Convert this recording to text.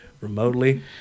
remotely